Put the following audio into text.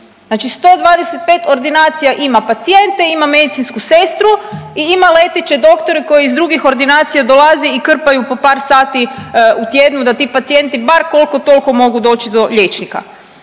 znači 125 ordinacija ima pacijente i ima medicinsku sestru i ima leteće doktore koji iz drugih ordinacija dolaze i krpaju po par sati u tjednu da ti pacijenti bar kolko tolko mogu doći do liječnika.